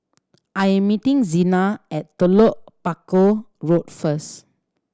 I am meeting Zina at Telok Paku Road first